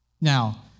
Now